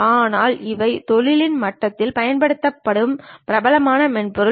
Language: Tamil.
ஆனால் இவை தொழில் மட்டத்தில் பயன்படுத்தப்படும் பிரபலமான மென்பொருள்